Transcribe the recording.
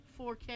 4K